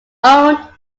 owned